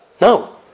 no